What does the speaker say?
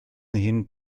hin